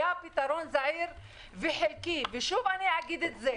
היה פתרון חלקי וזמני.